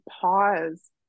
pause